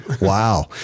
Wow